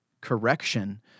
correction